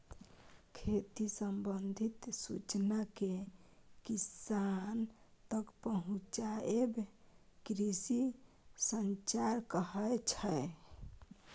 खेती संबंधित सुचना केँ किसान तक पहुँचाएब कृषि संचार कहै छै